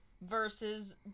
versus